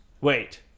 wait